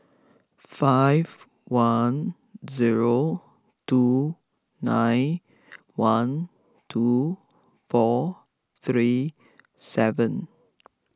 five one zero two nine one two four three seven